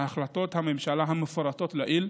החלטות הממשלה המפורטות לעיל,